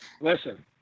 Listen